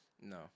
no